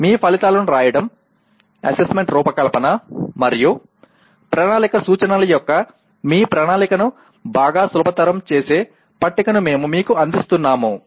కాబట్టి మీ ఫలితాలను వ్రాయడం అసెస్మెంట్ రూపకల్పన మరియు ప్రణాళిక సూచనల యొక్క మీ ప్రణాళికను బాగా సులభతరం చేసే పట్టికను మేము మీకు అందిస్తున్నాము